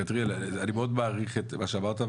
אני מאוד מעריך את מה שאמרת,